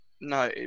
no